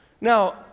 Now